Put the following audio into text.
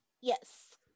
yes